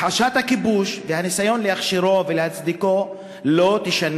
הכחשת הכיבוש והניסיון להכשירו ולהצדיקו לא ישנו